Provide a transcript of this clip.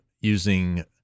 using